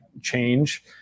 change